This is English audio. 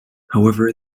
however